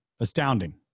Astounding